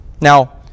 Now